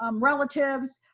um relatives,